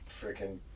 freaking